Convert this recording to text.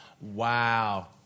Wow